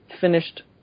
finished